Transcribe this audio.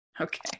Okay